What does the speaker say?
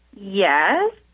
yes